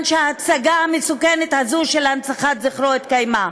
שההצגה המסוכנת הזאת של הנצחת זכרו התקיימה.